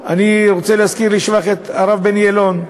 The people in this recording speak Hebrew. אני רוצה להזכיר לשבח את הרב בני אלון,